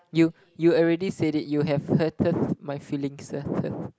you you already said it you have hurted my feelings hurted